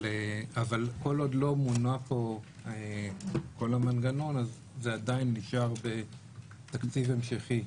אבל כל עוד לא מונה פה כל המנגנון אז זה עדיין נשאר בתקציב המשכי.